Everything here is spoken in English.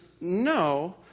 no